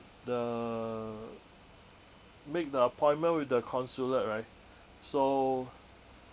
the make the appointment with the consulate right so